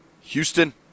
Houston